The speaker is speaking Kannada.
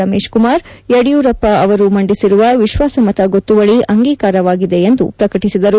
ರಮೇಶ್ ಕುಮಾರ್ ಯೆಡಿಯೂರಪ್ಪ ಅವರು ಮಂಡಿಸಿರುವ ವಿಶ್ವಾಸಮತ ಗೊತ್ತುವಳಿ ಅಂಗೀಕಾರವಾಗಿದೆ ಎಂದು ಪ್ರಕಟಿಸಿದರು